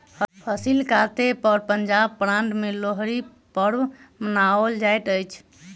फसिल कटै पर पंजाब प्रान्त में लोहड़ी पर्व मनाओल जाइत अछि